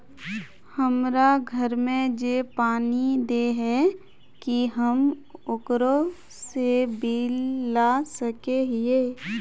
हमरा घर में जे पानी दे है की हम ओकरो से बिल ला सके हिये?